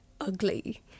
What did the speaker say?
ugly